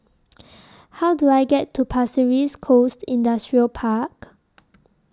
How Do I get to Pasir Ris Coast Industrial Park